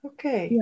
Okay